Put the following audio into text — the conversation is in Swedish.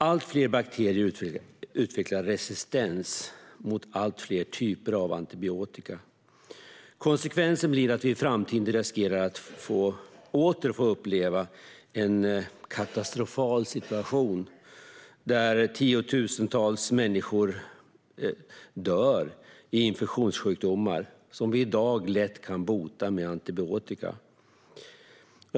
Allt fler bakterier utvecklar resistens mot allt fler typer av antibiotika. Konsekvensen blir att vi i framtiden riskerar att åter få uppleva en katastrofal situation där tiotusentals människor dör i infektionssjukdomar som vi i dag lätt kan bota med antibiotika.